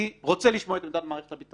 אני רוצה לשמוע את עמדת מערכת הביטחון,